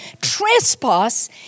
trespass